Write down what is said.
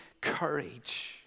courage